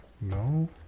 no